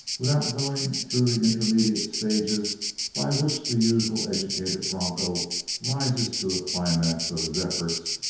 without going through the intermediate stages by which the usual educated bronco rises to a climax of his efforts,